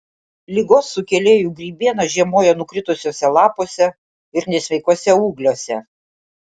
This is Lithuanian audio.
ligos sukėlėjų grybiena žiemoja nukritusiuose lapuose ir nesveikuose ūgliuose